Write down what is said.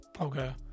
okay